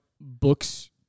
books